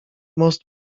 most